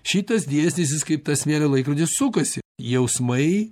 šitas dėsnis jis kaip tas smėlio laikrodis sukasi jausmai